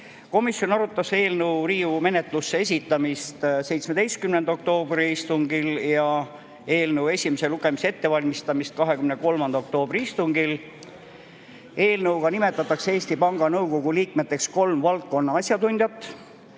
Komisjon arutas eelnõu Riigikogu menetlusse esitamist 17. oktoobri istungil ja eelnõu esimese lugemise ettevalmistamist 23. oktoobri istungil. Eelnõuga nimetatakse Eesti Panga Nõukogu liikmeteks kolm valdkonna asjatundjat.